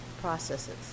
processes